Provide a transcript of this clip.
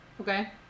Okay